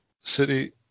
City